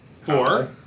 Four